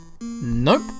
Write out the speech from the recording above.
Nope